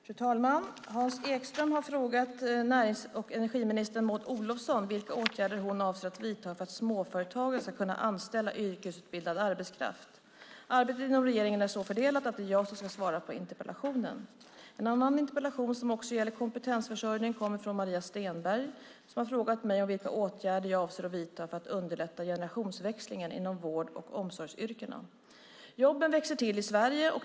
Fru talman! Hans Ekström har frågat närings och energiminister Maud Olofsson vilka åtgärder hon avser att vidta för att småföretagen ska kunna anställa yrkesutbildad arbetskraft. Arbetet inom regeringen är så fördelat att det är jag som ska svara på interpellationen. En annan interpellation som också gäller kompetensförsörjning kommer från Maria Stenberg, som har frågat mig vilka åtgärder jag avser att vidta för att underlätta generationsväxlingen inom vård och omsorgsyrkena. Jobben växer till i Sverige.